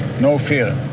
no fear.